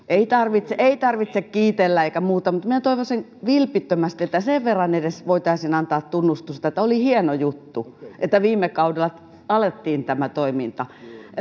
ei tarvitse ei tarvitse kiitellä eikä muuta mutta minä toivoisin vilpittömästi että sen verran edes voitaisiin antaa tunnustusta että oli hieno juttu että viime kaudella aloitettiin tämä toiminta